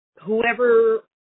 whoever